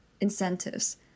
incentives